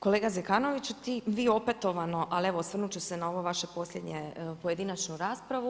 Kolega Zekanović, vi opetovano, ali evo, osvrnuti ću se na ovo vaše posljednje, pojedinačnu raspravu.